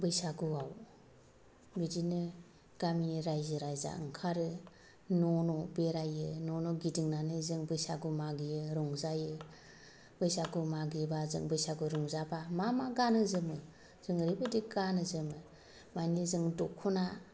बैसागुआव बिदिनो गामि रायजो राजा ओंखारो न' न' बेरायो न' न' गिदिंनानै जों बैसागु मागियो रंजायो बैसागु मागिबा जों बैसागु रंजाबा मा मा गानो जोमो जों ओरैबायदि गानो जोमो माने जों दखना